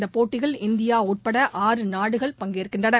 இந்த போட்டி இந்தியா உட்பட ஆறு நாடுகள் பங்கேற்கின்றன